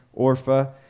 Orpha